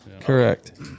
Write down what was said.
Correct